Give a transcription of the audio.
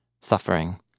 suffering